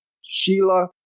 Sheila